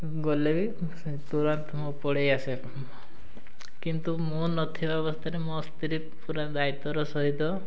ଗଲେ ବି ସେ ତୁରନ୍ତ ମୁଁ ପଳାଇ ଆସେ କିନ୍ତୁ ମୁଁ ନଥିବା ଅବସ୍ଥାରେ ମୋ ସ୍ତ୍ରୀ ପୁରା ଦାୟିତ୍ୱର ସହିତ